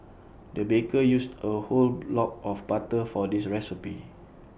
the baker used A whole block of butter for this recipe